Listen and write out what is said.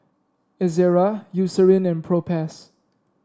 Ezerra Eucerin and Propass